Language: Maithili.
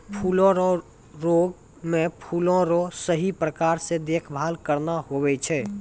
फूलो रो रोग मे फूलो रो सही प्रकार से देखभाल करना हुवै छै